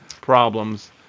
problems